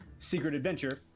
secretadventure